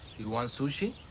you want sushi?